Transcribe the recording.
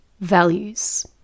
Values